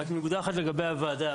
נקודה אחת לגבי הוועדה.